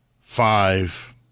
five